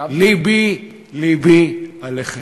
לבי-לבי עליכם.